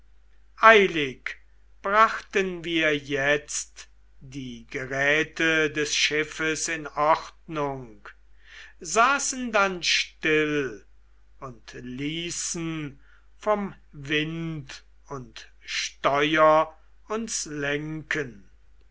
eilig brachten wir jetzt die geräte des schiffes in ordnung saßen dann still und ließen vom wind und steuer uns lenken